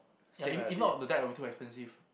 ya if if not the deck will be too expensive